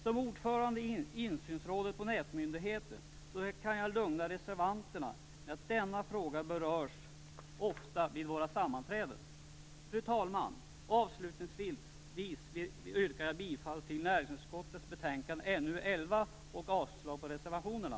Som ordförande i insynsrådet på nätmyndigheten kan jag lugna reservanterna med att denna fråga ofta berörs på våra sammanträden. Fru talman! Avslutningsvis yrkar jag bifall till hemställan i näringsutskottets betänkande nr 11 och avslag på reservationerna.